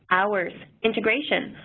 hours, integration,